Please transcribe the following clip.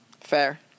Fair